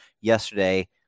yesterday